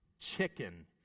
Chicken